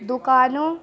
دکانوں